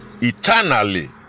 eternally